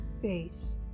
face